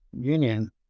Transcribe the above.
union